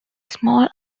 small